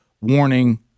warning